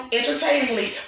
entertainingly